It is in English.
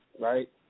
right